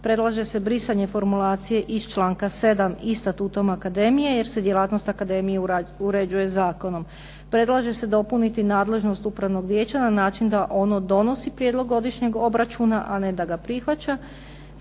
Predlaže se brisanje formulacije iz članka 7. i statutom akademije jer se djelatnost akademije uređuje zakonom. Predlaže se dopuniti nadležnost upravnog vijeća na način da ono donosi prijedlog godišnjeg obračuna, a ne da ga prihvaća